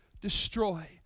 destroy